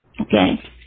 okay